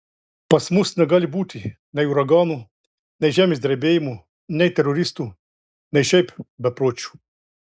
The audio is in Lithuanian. pas mus negali būti nei uraganų nei žemės drebėjimų nei teroristų nei šiaip bepročių